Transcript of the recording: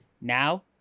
Now